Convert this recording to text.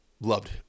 loved